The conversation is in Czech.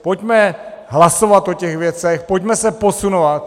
Pojďme hlasovat o těch věcech, pojďme se posunovat!